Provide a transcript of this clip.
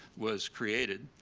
was created,